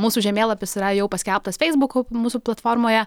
mūsų žemėlapis yra jau paskelbtas feisbuk mūsų platformoje